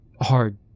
hard